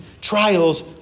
Trials